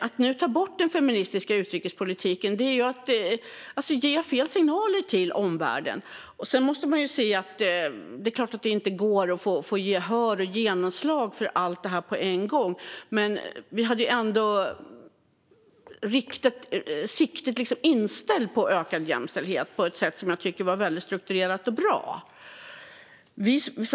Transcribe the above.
Att nu ta bort den feministiska utrikespolitiken är att ge fel signaler till omvärlden. Det är klart att man måste se att det inte går att få gehör och genomslag för allt detta på en gång, men vi hade ändå siktet inställt på ökad jämställdhet på ett strukturerat och bra sätt.